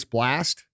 Blast